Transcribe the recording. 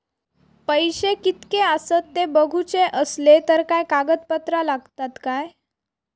पैशे कीतके आसत ते बघुचे असले तर काय कागद पत्रा लागतात काय?